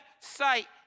sight